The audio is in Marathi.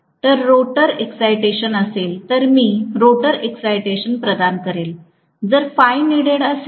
जर रोटर एक्साटेशन असेल तर मी रोटर एक्साटेशन प्रदान करेल जर Φneeded असेल